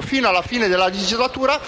fino alla fine della legislatura,